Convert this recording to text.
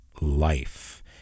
Life